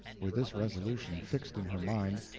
with this resolution fixed in her mind,